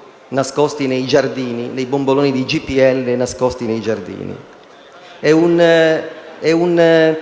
sistemi diagnostici e dei bomboloni di GPL nascosti nei giardini. È un